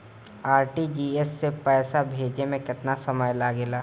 RTGS से पैसा भेजे में केतना समय लगे ला?